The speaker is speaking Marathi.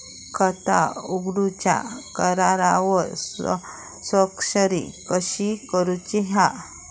खाता उघडूच्या करारावर स्वाक्षरी कशी करूची हा?